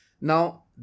Now